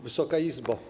Wysoka Izbo!